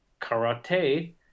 karate